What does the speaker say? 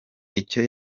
icyo